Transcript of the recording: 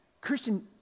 Christian